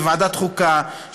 בוועדת החוקה,